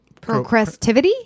procrastivity